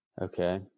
okay